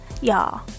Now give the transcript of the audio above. Y'all